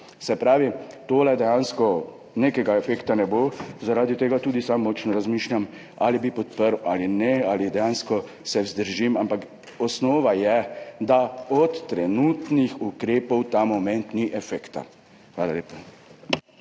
se pravi dejansko ne bo nekega efekta. Zaradi tega tudi sam močno razmišljam, ali bi podprl ali ne ali se dejansko vzdržim, ampak osnova je ta, da od trenutnih ukrepov ta moment ni efekta. Hvala lepa.